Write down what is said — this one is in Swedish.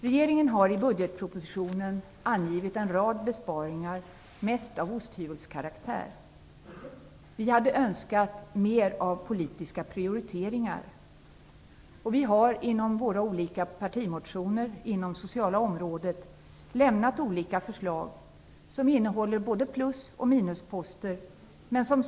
Regeringen har i budgetpropositionen angivit en rad besparingar, mest av osthyvelskaraktär. Vi hade önskat mer politiska prioriteringar. Vi har i våra partimotioner inom det sociala området lämnat olika förslag som innehåller både plus och minusposter.